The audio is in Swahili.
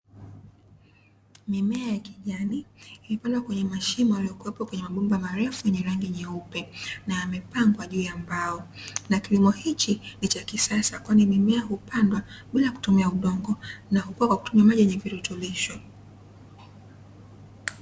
Mimea ya kijani imepandwa kwenye mashimo yaliyokuwepo kwenye mabomba marefu yenye rangi nyeupe na yamepangwa juu ya mbao. Na kilimo hichi ni cha kisasa kwani mimea hupandwa bila kutumia udongo na hukua kwa kutumia maji yenye virutubisho.